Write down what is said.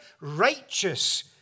righteous